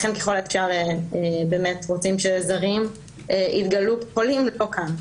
לכן רוצים שככל האפשר זרים יתגלו חולים בחוץ לארץ ולא כאן.